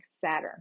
Saturn